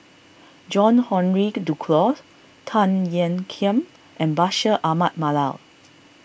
John Henry Duclos Tan Ean Kiam and Bashir Ahmad Mallal